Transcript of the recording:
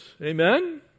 amen